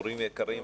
הורים יקרים,